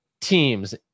teams